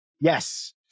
Yes